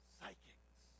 Psychics